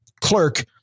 clerk